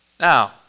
Now